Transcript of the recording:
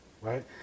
right